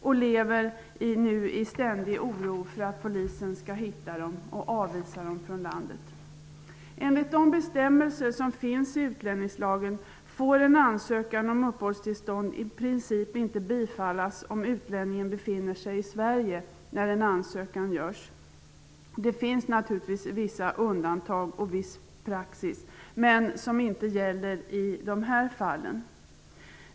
De lever nu i ständig oro för att polisen skall hitta dem och avvisa dem från landet. Enligt de bestämmelser som finns i utlänningslagen får en ansökan om uppehållstillstånd i princip inte bifallas om utlänningen befinner sig i Sverige när en ansökan görs. Det finns naturligtvis vissa undantag och viss praxis. Men de gäller inte i dessa fall.